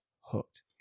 hooked